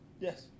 Yes